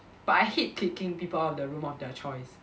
but I hate kicking people out of the room of their choice